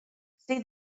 see